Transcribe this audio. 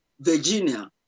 Virginia